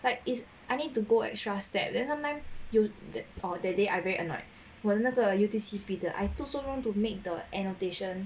like is I need to go extra step then sometime you that or that day I very annoyed when 那个 Y_T_C_P 的 I took so long to make the annotation